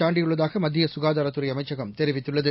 தாண்டியுள்ளதாக மத்திய சுகாதாரத்துறை அமைச்சகம் தெரிவித்துள்ளது